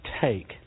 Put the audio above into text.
take